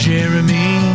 Jeremy